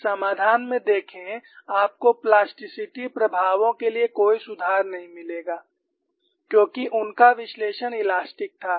इस समाधान में देखें आपको प्लास्टिसिटी प्रभावों के लिए कोई सुधार नहीं मिलेगा क्योंकि उनका विश्लेषण इलास्टिक था